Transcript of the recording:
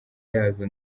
yazo